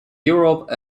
europe